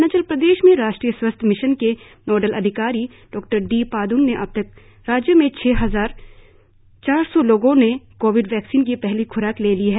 अरुणाचल प्रदेश में राष्ट्रीय स्वास्थ्य मिशन के नोडल अधिकारी डॉ डी पादंग ने अबतक राज्य में छह हजार चार सौ लोगों ने कोविड वैक्सिन की पहली ख्राक ले ली है